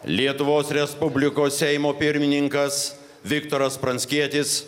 lietuvos respublikos seimo pirmininkas viktoras pranckietis